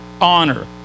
honor